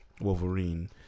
Wolverine